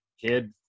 kid